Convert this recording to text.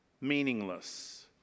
meaningless